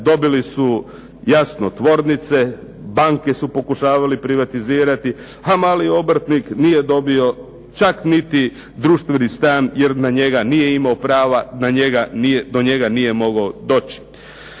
dobili su jasno tvornice, banke su pokušavali privatizirati, a mali obrtnik nije dobio čak niti društveni stan jer na njega nije imao prava, do njega nije mogao doći.